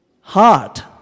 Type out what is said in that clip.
heart